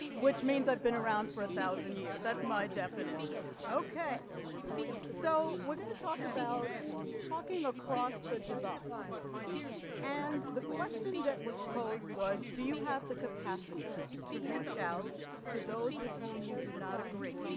which means i've been around for a thousand years that's my definition ok so we're going to talk about talking across the divide and the question that was posed was do you have the capacity to reach out to those with whom you do not agree